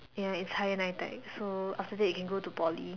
ya it's higher NITEC so after that you can go to Poly